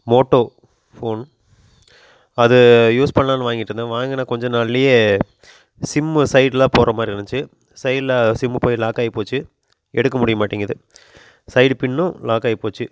Moto phone அது use பண்ணலான்னு வாங்கியிருந்தேன் வாங்கின கொஞ்ச நாள்லேயே சிம்மு சைட்டில் தான் போடுற மாதிரி இருந்துச்சு சைட்டில் சிம்மு போயி லாக்காகி போச்சு எடுக்க முடிய மாட்டேங்கிது சைடு பின்னும் லாக்காகி போச்சு